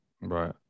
Right